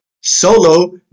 solo